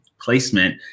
placement